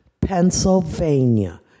Pennsylvania